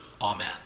amen